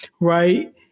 Right